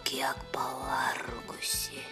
kiek pavargusi